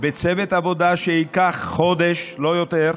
בצוות עבודה שייקח חודש, לא יותר.